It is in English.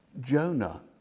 Jonah